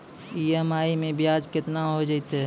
EMI मैं ब्याज केतना हो जयतै?